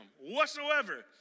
whatsoever